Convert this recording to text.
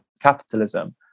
capitalism